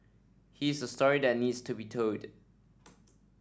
his is a story that needs to be told